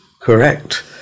correct